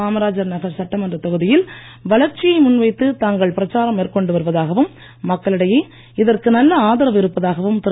காமராஜர் நகர் சட்டமன்றத் தொகுதியில் வளர்ச்சியை முன்வைத்து தாங்கள் பிரச்சாரம் மேற்கொண்டு வருவதாகவும் மக்களிடையே இதற்கு நல்ல ஆதரவு இருப்பதாகவும் திரு